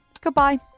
goodbye